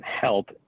help